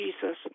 Jesus